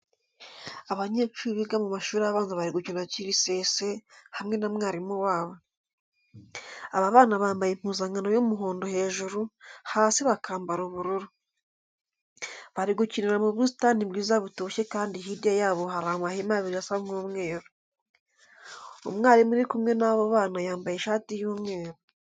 Abanyeshuri biga mu mashuri abanza bari gukina kirisese hamwe na mwarimu wabo. Aba bana bambaye impuzankano y'umuhondo hejuru, hasi bakambara ubururu. Bari gukinira mu busitani bwiza butoshye kandi hirya yabo hari amahema abiri asa nk'umweru. Umwarimu uri kumwe n'abo bana yambaye ishati y'umweru.